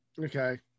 okay